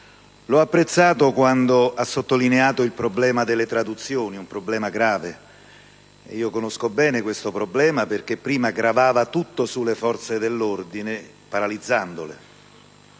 L'ho apprezzato quando ha sottolineato il problema delle traduzioni, un problema grave che conosco bene perché prima gravava tutto sulle Forze dell'ordine, paralizzandole,